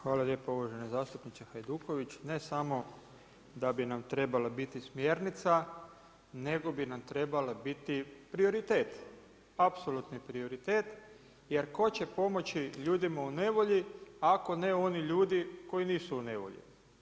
Hvala lijepo uvaženi zastupniče Hajduković, ne samo da bi nam trebala biti smjernica, nego bi nam trebao biti prioritet, apsolutni prioritet, jer tko će pomoći ljudima u nevolji, ako ne oni ljudi koji nisu u nevolji.